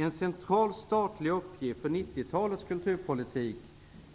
En central statlig uppgift för 90-talets kulturpolitik